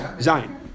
Zion